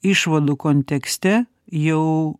išvadų kontekste jau